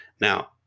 Now